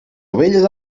ovelles